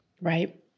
Right